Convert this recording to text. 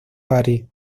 parís